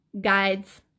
guides